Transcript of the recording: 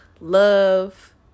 love